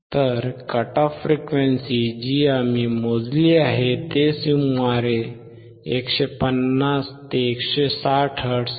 तर cut off frequency जी आम्ही मोजली आहे ती सुमारे 150 ते 160 हर्ट्झ आहे